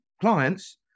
clients